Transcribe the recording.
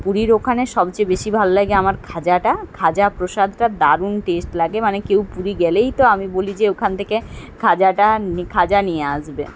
পুরীর ওখানে সবচেয়ে বেশি ভালো লাগে আমার খাজাটা খাজা প্রসাদটা দারুণ টেস্ট লাগে মানে কেউ পুরী গেলেই তো আমি বলি যে ওখান থেকে খাজাটা নি খাজা নিয়ে আসবে